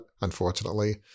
unfortunately